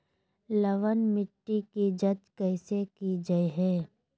लवन मिट्टी की जच कैसे की जय है?